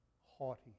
haughty